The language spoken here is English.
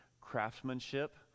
craftsmanship